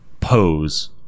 pose